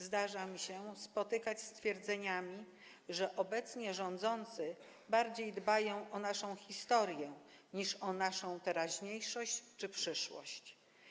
Zdarza mi się spotykać z twierdzeniami, że obecnie rządzący bardziej dbają o naszą historię niż o naszą teraźniejszość czy przyszłość.